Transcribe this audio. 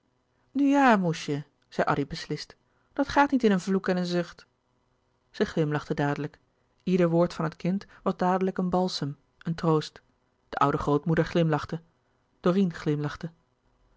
nu ja moesje zei addy beslist dat gaat niet in een vloek en een zucht zij glimlachte dadelijk ieder woord van het kind was dadelijk een balsem een troost de oude grootmoeder glimlachte dorine glimlachte